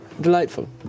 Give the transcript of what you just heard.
Delightful